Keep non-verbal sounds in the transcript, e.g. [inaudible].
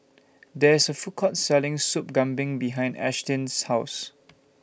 There IS A Food Court Selling Soup Kambing behind Ashtyn's House [noise]